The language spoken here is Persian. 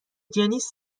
جنیس